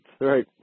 Right